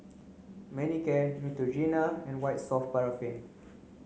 Manicare Neutrogena and White soft paraffin